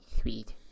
Sweet